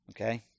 Okay